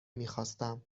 میخواستم